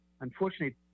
unfortunately